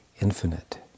infinite